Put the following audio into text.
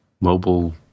mobile